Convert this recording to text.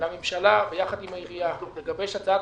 לממשלה יחד עם העירייה לגבש הצעת